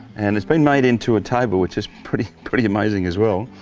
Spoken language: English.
and it's been made into a table which is pretty pretty amazing as well.